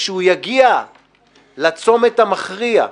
כשהוא יגיע לצומת המכריע,